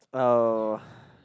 oh